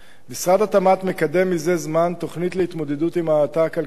משרד התמ"ת מקדם מזה זמן תוכנית להתמודדות עם ההאטה הכלכלית